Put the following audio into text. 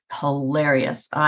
hilarious